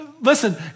listen